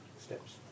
steps